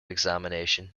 examination